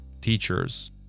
teachers